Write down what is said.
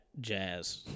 jazz